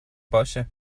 باشه